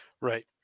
Right